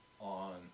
on